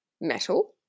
metal